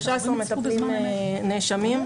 13 מטפלים נאשמים.